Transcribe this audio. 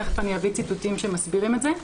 תכף אני אביא ציטוטים שמסבירים את זה.